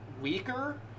weaker